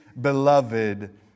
beloved